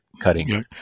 cutting